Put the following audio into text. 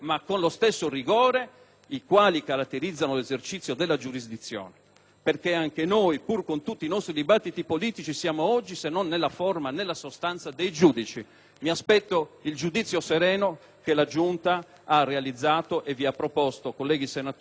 Perché anche noi, pur con tutti i nostri dibattiti politici, siamo oggi, se non nella forma, nella sostanza, dei giudici». Mi aspetto il giudizio sereno sul documento che la Giunta ha predisposto e vi ha proposto, colleghi, conseguenza del suo lavoro dei mesi scorsi.